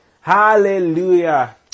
hallelujah